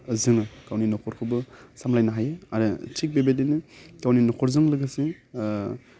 जोङो गावनि न'खरखौबो सामलायनो हायो आरो थिग बेबायदिनो गावनि न'खरजों लोगोसेनो ओह